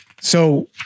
So-